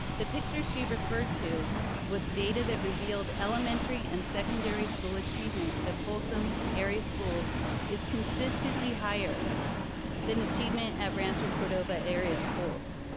the picture she referred to was data that revealed elementary and secondary school achievement at folsom area schools is consistently higher than achievement at rancho cordova area schools.